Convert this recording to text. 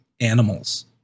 animals